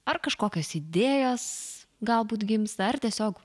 ar kažkokios idėjos galbūt gimsta ar tiesiog